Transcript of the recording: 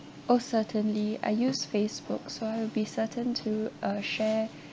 oh certainly I use facebook so I will be certain to uh share